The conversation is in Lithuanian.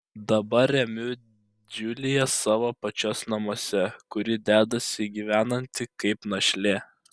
dabar remiu džiuliją savo pačios namuose kur ji dedasi gyvenanti kaip našlė